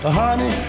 honey